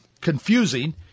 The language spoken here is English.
confusing